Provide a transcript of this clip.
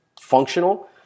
functional